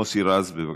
מוסי רז, בבקשה,